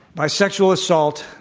by sexual assault,